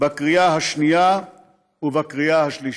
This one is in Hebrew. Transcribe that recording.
בקריאה השנייה ובקריאה השלישית.